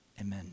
amen